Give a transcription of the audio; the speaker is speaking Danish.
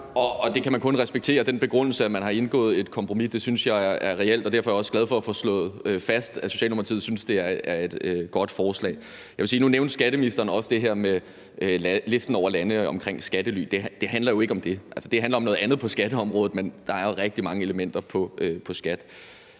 Agersnap (SF): Den begrundelse, at man har indgået et kompromis, kan jeg kun respektere. Det synes jeg er reelt, og derfor er jeg også glad for at få slået fast, at Socialdemokratiet synes, det er et godt forslag. Nu nævnte skatteministeren også det her med listen over skattelylande, men det handler jo ikke om det; altså, det handler om noget andet på skatteområdet. Men der er jo rigtig mange elementer i